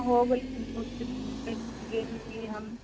हो गेल गेल बहुते दिन गेल रहली हम